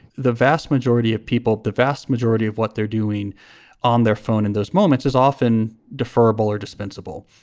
the vast majority of people the vast majority of what they're doing on their phone in those moments is often deferral or dispensable.